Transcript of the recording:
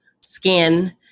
skin